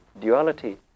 Duality